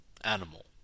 animal